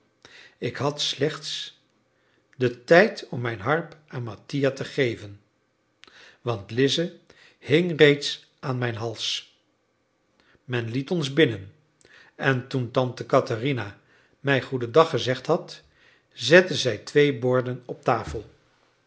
ik had slechts den tijd om mijn harp aan mattia te geven want lize hing reeds aan mijn hals men liet ons binnen en toen tante katherina mij goedendag gezegd had zette zij twee borden op tafel